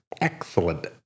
excellent